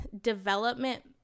development